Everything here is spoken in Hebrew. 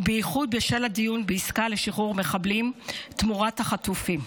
ובייחוד בשל הדיון בעסקה לשחרור מחבלים תמורת החטופים.